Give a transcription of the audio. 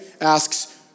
Asks